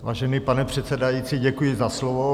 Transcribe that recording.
Vážený pane předsedající, děkuji za slovo.